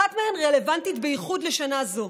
אחת מהן רלוונטית בייחוד לשנה זו,